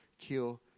kill